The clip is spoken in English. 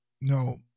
No